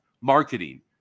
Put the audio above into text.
Marketing